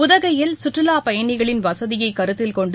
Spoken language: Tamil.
உதகையில் சுற்றுலாப் பயணிகளின் வசதியை கருத்தில் கொண்டு